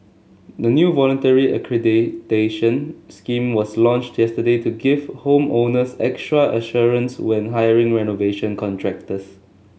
a new voluntary accreditation scheme was launched yesterday to give home owners extra assurance when hiring renovation contractors